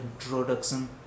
introduction